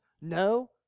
no